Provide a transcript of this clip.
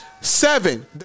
Seven